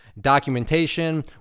documentation